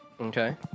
Okay